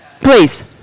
Please